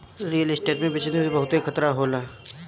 real estate कअ business में बहुते खतरा भी होला